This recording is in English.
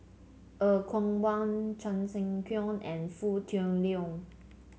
Er Kwong Wah Chan Sek Keong and Foo Tui Liew